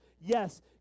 Yes